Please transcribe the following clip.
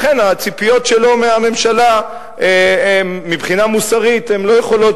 לכן הציפיות שלו מהממשלה מבחינה מוסרית לא יכולות